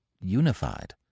unified